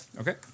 Okay